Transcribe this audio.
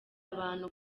abantu